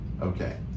okay